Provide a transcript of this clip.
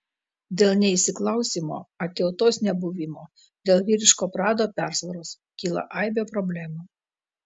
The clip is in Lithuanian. dėl neįsiklausymo atjautos nebuvimo dėl vyriško prado persvaros kyla aibė problemų